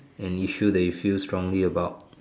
an issue that you feel strongly about